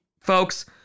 folks